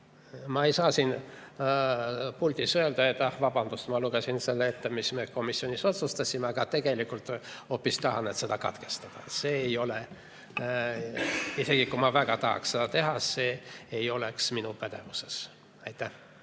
Ma ei saa siin puldis öelda, et ah vabandust, ma lugesin selle ette, mis me komisjonis otsustasime, aga tegelikult ma hoopis tahan seda katkestada. Isegi kui ma väga tahaks seda teha, see ei oleks minu pädevuses. Aitäh!